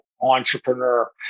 entrepreneur